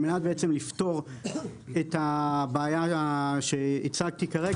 על מנת לפתור את הבעיה שהצגתי כרגע